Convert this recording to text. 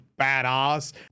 badass